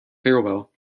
farewell